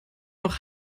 noch